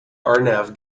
arnav